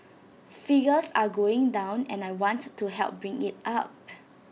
figures are going down and I wants to help bring IT up